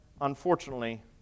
unfortunately